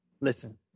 listen